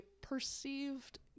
perceived